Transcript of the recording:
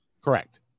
Correct